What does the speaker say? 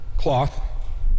cloth